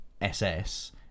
SS